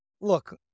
look